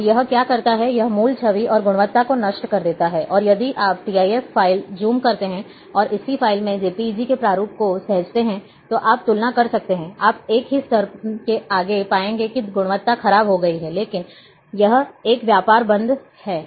और यह क्या करता है यह मूल छवि और गुणवत्ता को नष्ट कर देता है और यदि आप TIF फ़ाइल ज़ूम करते हैं और उसी फ़ाइल को JPEG के रूप में सहेजते हैं तो आप तुलना कर सकते हैं आप एक ही स्तर के आप पाएंगे कि गुणवत्ता खराब हो गई है लेकिन यह एक व्यापार बंद है